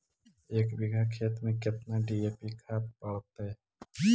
एक बिघा खेत में केतना डी.ए.पी खाद पड़तै?